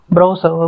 Browser